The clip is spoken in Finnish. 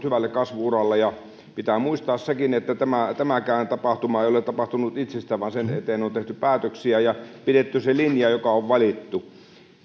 hyvälle kasvu uralle ja pitää muistaa sekin että tämäkään tapahtuma ei ole tapahtunut itsestään vaan sen eteen on tehty päätöksiä ja pidetty se linja joka on valittu